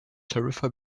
tarifa